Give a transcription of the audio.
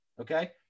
okay